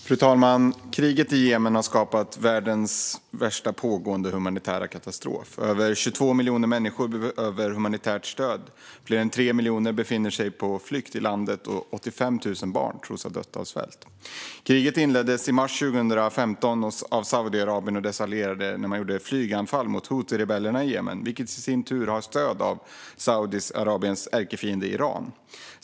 Fru talman! Kriget i Jemen har skapat världens värsta pågående humanitära katastrof. Över 22 miljoner människor behöver humanitärt stöd, fler än 3 miljoner befinner sig på flykt i landet, och 85 000 barn tros ha dött av svält. Kriget inleddes mars 2015 av Saudiarabien och dess allierade när man gjorde flyganfall mot huthirebellerna i Jemen. De har i sin tur stöd av Saudiarabiens ärkefiende Iran.